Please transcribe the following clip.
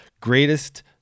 greatest